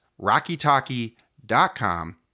rockytalky.com